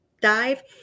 dive